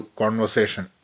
conversation